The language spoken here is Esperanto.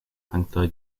punktoj